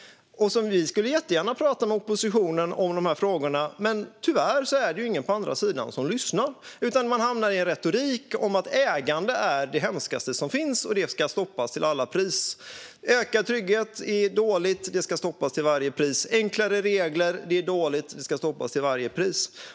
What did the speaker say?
Vi skulle jättegärna prata med oppositionen om dessa frågor. Tyvärr är det ingen på andra sidan som lyssnar, utan man hamnar i en retorik om att ägande är det hemskaste som finns och att det ska stoppas till varje pris, att ökad trygghet är dåligt och att det ska stoppas till varje pris och att enklare regler är dåligt och att det ska stoppas till varje pris.